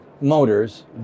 motors